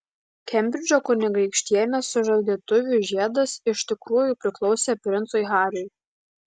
kembridžo kunigaikštienės sužadėtuvių žiedas iš tikrųjų priklausė princui hariui